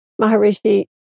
maharishi